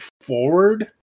forward